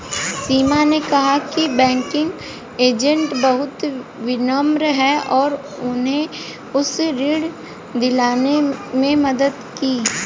सीमा ने कहा कि बैंकिंग एजेंट बहुत विनम्र हैं और उन्होंने उसे ऋण दिलाने में मदद की